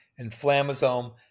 inflammasome